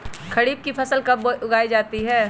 खरीफ की फसल कब उगाई जाती है?